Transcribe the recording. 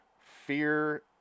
fear